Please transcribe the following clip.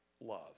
love